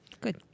Good